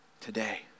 today